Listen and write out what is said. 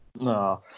no